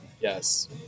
Yes